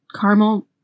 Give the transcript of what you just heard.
Caramel